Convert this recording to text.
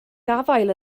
gafael